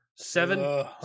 Seven